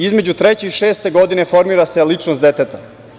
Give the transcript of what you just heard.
Između treće i šeste godine formira se ličnost deteta.